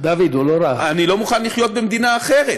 אני לא מוכן לחיות במדינה אחרת,